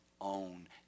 own